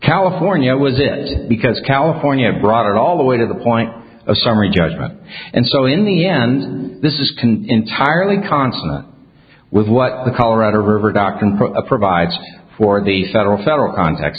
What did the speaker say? california was it because california brought it all the way to the point of summary judgment and so in the end this is can entirely consonant with what the colorado river doctrine provides for the federal federal contract